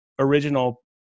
Original